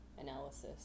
analysis